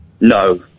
No